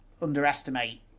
underestimate